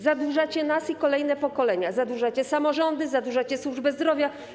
Zadłużacie nas i kolejne pokolenia, zadłużacie samorządy, zadłużacie służbę zdrowia.